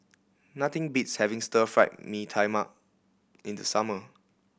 nothing beats having Stir Fry Mee Tai Mak in the summer